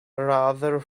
rather